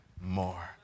more